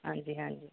ਹਾਂਜੀ ਹਾਂਜੀ